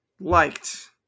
liked